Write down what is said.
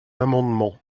amendement